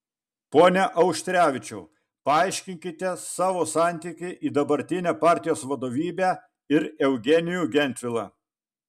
pone auštrevičiau paaiškinkite savo santykį į dabartinę partijos vadovybę ir eugenijų gentvilą